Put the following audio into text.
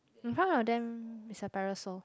in front of them is a parasail